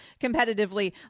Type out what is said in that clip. competitively